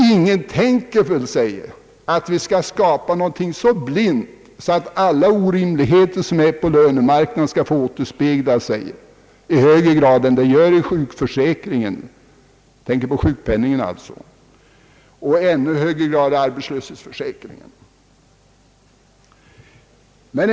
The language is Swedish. Ingen tänker sig väl att vi här skall skapa ett system som verkar så blint att alla orimligheter på lönemarknaden där skall få återspegla sig i högre grad än som sker i sjukförsäkringen när det gäller sjukpenningen och i ännu högre grad inom arbetslöshetsförsäkringen.